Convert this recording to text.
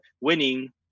winning